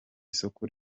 isoko